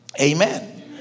Amen